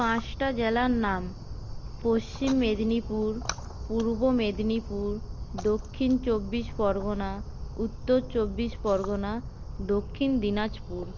পাঁচটা জেলার নাম পশ্চিম মেদিনীপুর পূর্ব মেদিনীপুর দক্ষিণ চব্বিশ পরগণা উত্তর চব্বিশ পরগণা দক্ষিণ দিনাজপুর